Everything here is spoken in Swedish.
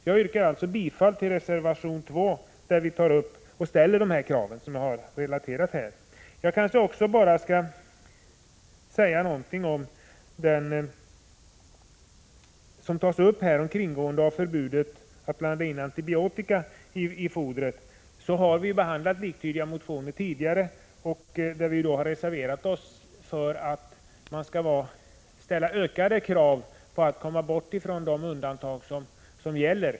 Jag yrkar alltså bifall till reservation 2, där vi redovisar de krav som vi ställer och som jag här har tagit upp. Jag kanske också skulle säga någonting när det gäller kringgående av förbudet mot att blanda in antibiotika i djurfoder. Likalydande motioner har behandlats tidigare. Vi har då reserverat oss och framhållit att man skall ställa ökade krav på att få bort de undantag som gäller.